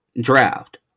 draft